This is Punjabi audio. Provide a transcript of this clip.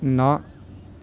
ਨਾ